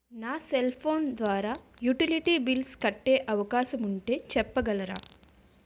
నా cell phone ద్వారా utility bills కట్టే అవకాశం ఉంటే చెప్పగలరా?